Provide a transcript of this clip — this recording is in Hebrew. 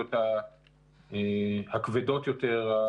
הרגולטוריות הכבדות יותר,